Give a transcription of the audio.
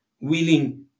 willing